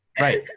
Right